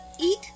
eat